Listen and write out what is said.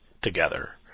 together